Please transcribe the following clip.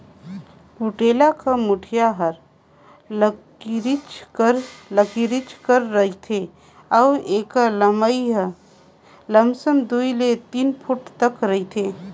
कुटेला कर मुठिया हर लकरिच कर रहथे अउ एकर लम्मई लमसम दुई ले तीन फुट तक रहथे